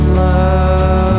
love